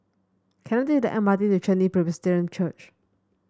can I take the M R T to Chen Li Presbyterian Church